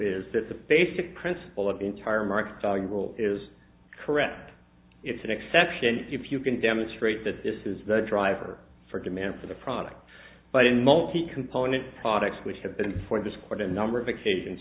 the basic principle of the entire market is correct it's an exception if you can demonstrate that this is the driver for demand for the product but in multi component products which have been for this court a number of occasions